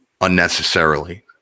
unnecessarily